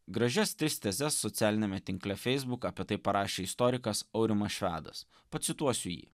gražias tris tezes socialiniame tinkle facebook apie tai parašė istorikas aurimas švedas pacituosiu jį